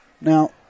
Now